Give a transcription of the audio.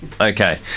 Okay